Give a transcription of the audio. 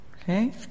Okay